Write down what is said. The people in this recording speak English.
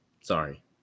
Sorry